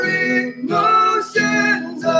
emotions